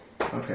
Okay